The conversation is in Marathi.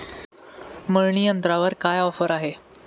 मळणी यंत्रावर काय ऑफर आहे?